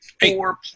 Four